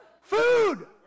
Food